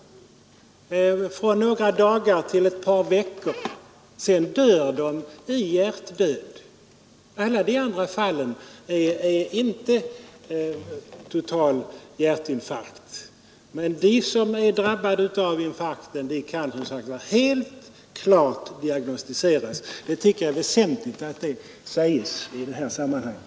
Efter en tid av några dagar upp till ett par veckor dör de i hjärtdöd oberoende av ”vårdinsatser”. De andra fallen är inte total hjärninfarkt. Alltså de som är drabbade av hjärninfarkt kan helt klart diagnostiseras. Det är väsentligt att detta på nytt framhålles i det här sammanhanget.